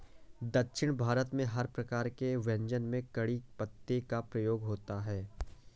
दक्षिण भारत में हर प्रकार के व्यंजन में कढ़ी पत्ते का प्रयोग होता है